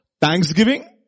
Thanksgiving